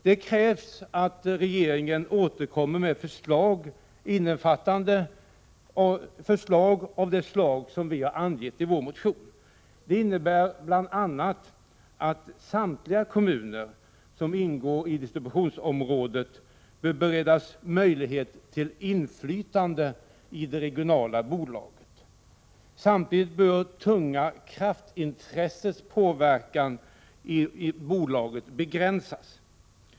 Det krävs att regeringen återkommer med förslag som innefattar åtgärder av det slag som vi angett i vår motion. Detta innebär bl.a. att samtliga kommuner som ingår i distributionsområdet bör beredas möjlighet till inflytande i det regionala bolaget, samtidigt som de tunga kraftintressenas påverkan inom bolaget bör begränsas.